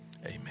amen